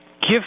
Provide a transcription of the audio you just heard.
Give